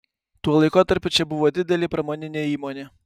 tuo laikotarpiu čia buvo didelė pramoninė įmonė